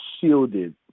shielded